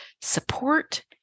support